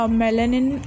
melanin